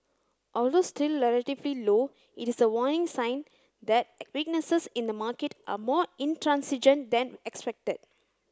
although still relatively low it is a warning sign that weaknesses in the market are more intransigent than expected